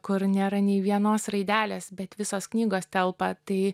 kur nėra nei vienos raidelės bet visos knygos telpa tai